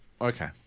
Okay